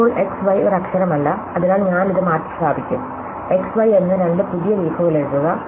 ഇപ്പോൾ x y ഒരു അക്ഷരമല്ല അതിനാൽ ഞാൻ ഇത് മാറ്റിസ്ഥാപിക്കും x y എന്ന് രണ്ട് പുതിയ ഇലകൾ എഴുതുക